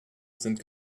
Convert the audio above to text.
sind